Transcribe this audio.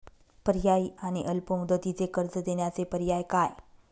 पर्यायी आणि अल्प मुदतीचे कर्ज देण्याचे पर्याय काय?